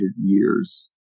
years